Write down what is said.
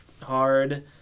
hard